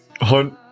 hunt